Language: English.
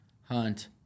hunt